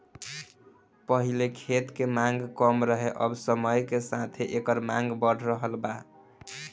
पहिले खेत के मांग कम रहे अब समय के साथे एकर मांग बढ़ रहल बा